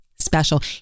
special